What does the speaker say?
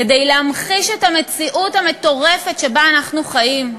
כדי להמחיש את המציאות המטורפת שבה אנחנו חיים,